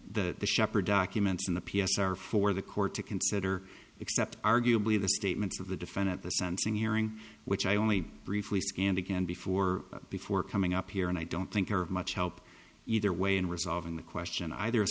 beyond the shepherd documents in the p s r for the court to consider except arguably the statements of the defendant the sentencing hearing which i only briefly scanned again before before coming up here and i don't think are much help either way in resolving the question either as